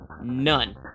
None